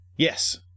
Yes